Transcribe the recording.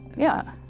yeah.